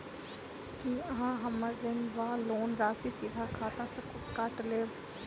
की अहाँ हम्मर ऋण वा लोन राशि सीधा खाता सँ काटि लेबऽ?